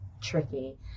tricky